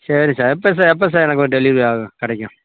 சரி சார் எப்போ சார் எப்போ சார் எனக்கு டெலிவரி ஆகும் கிடைக்கும்